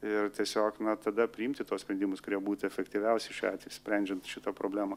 ir tiesiog na tada priimti tuos sprendimus kurie būtų efektyviausi šiuo atveju sprendžiant šitą problemą